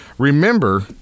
Remember